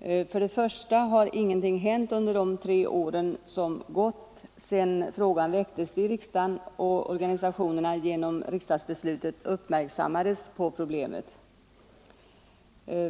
För det första har inget hänt under de tre år som gått sedan frågan väcktes i riksdagen och organisationerna genom riksdagsbeslutet uppmärksammades på problemet.